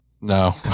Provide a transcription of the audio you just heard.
no